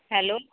hello